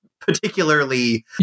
particularly